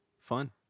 Fun